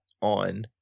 on